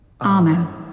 Amen